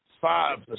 five